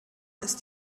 ist